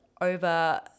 over